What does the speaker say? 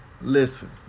listen